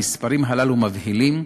המספרים הללו מבהילים,